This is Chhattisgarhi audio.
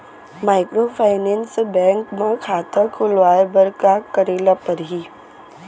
माइक्रोफाइनेंस बैंक म खाता खोलवाय बर का करे ल परही?